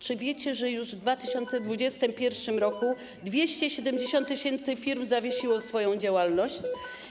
Czy wiecie, że w 2021 r. 270 tys. firm zawiesiło swoją działalność?